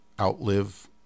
outlive